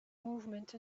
movement